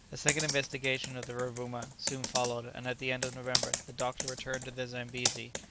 a second investigation of the rovouma soon followed and at the end of november the doctor returned to the zambesi,